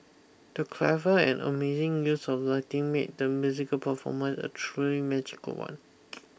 the clever and amazing use of lighting made the musical performance a truly magical one